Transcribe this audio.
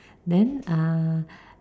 then uh